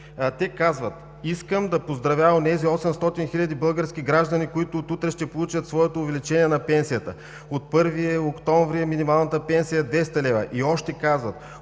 Те казват: „Искам да поздравя онези 800 хиляди български граждани, които от утре ще получат своето увеличение на пенсията“, „От 1 октомври минималната пенсия е 200 лв.“. И още казват: